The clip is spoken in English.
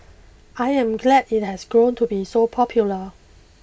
I am glad it has grown to be so popular